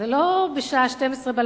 זה לא בשעה 24:00,